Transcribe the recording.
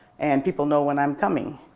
and people know when i'm coming.